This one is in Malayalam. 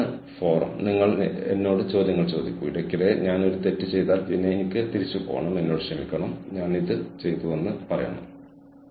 ഈ സിദ്ധാന്തമനുസരിച്ച് competitive advantages firm resource heterogeneity firm resource അചഞ്ചലത എന്നിവയുടെ സാഹചര്യങ്ങളിൽ മാത്രമേ ഉണ്ടാകൂ